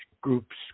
groups